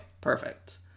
perfect